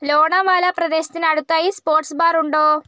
ലോണാവാല പ്രദേശത്തിന് അടുത്തായി സ്പോർട്സ് ബാറുണ്ടോ